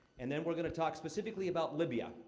and then, we're gonna talk specifically about libya.